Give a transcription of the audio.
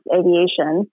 aviation